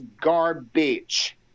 garbage